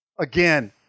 again